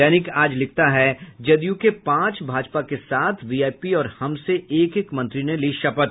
दैनिक आज लिखता है जदयू के पांच भाजपा के सात वीआईपी और हम से एक एक मंत्री ने ली शपथ